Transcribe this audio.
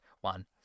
one